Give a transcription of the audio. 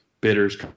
bidders